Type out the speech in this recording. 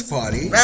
Party